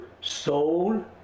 soul